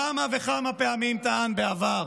כמה וכמה פעמים טען בעבר